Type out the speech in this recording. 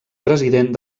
president